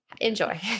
enjoy